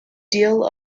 deal